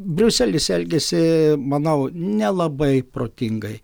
briuselis elgiasi manau nelabai protingai